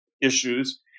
issues